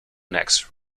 necks